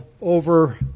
over